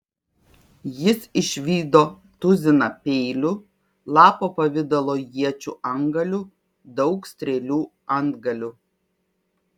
jis išvydo tuziną peilių lapo pavidalo iečių antgalių daug strėlių antgalių